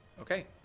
Okay